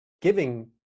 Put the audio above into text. giving